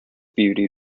beauty